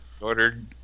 Ordered